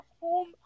home